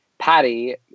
Patty